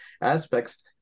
aspects